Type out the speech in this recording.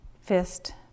Fist